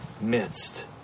midst